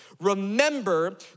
Remember